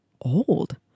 old